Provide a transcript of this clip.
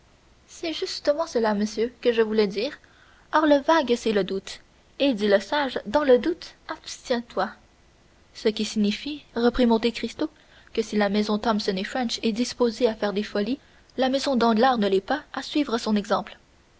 c'est justement cela monsieur que je voulais dire or le vague c'est le doute et dit le sage dans le doute abstiens-toi ce qui signifie reprit monte cristo que si la maison la thomson et french est disposée à faire des folies la maison danglars ne l'est pas à suivre son exemple